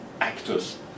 actors